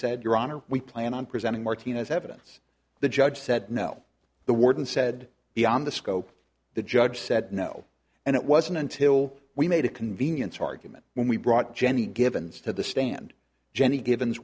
said your honor we plan on presenting martinez evidence the judge said no the warden said beyond the scope the judge said no and it wasn't until we made a convenience argument when we brought jenny givens to the stand jenny givens